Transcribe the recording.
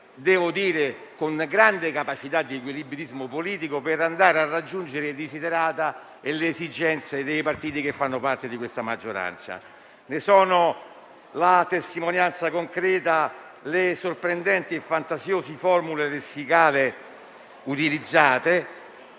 realizzato con grande capacità di equilibrismo politico, per raggiungere i *desiderata* e le esigenze dei partiti che fanno parte di questa maggioranza. Ne sono la testimonianza concreta le sorprendenti e fantasiose formule lessicali utilizzate